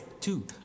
two